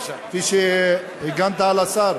כפי שהגנת על השר.